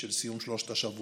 של סיום שלושת השבועות.